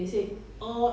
uh